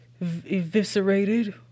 eviscerated